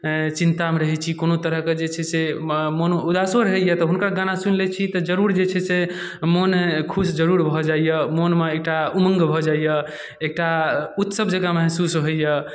चिन्तामे रहैत छी कोनो तरहके जे छै से मन ऊदासो रहैया तऽ हुनकर गाना सुनि लैत छी तऽ जरुर जे छै से मन खुश जरुर भऽ जाइया ममे एकटा उमङ्ग भऽ जाइया एकटा ऊत्सव जकाँ महसुस होइत यऽ